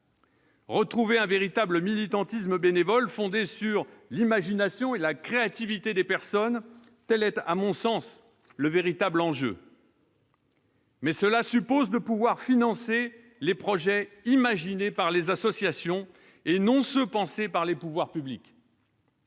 Retrouver un véritable militantisme bénévole, fondé sur l'imagination et la créativité des personnes, tel est à mon sens le véritable enjeu. Cela suppose que soient financés les projets imaginés par les associations, non ceux qui sont pensés par les pouvoirs publics.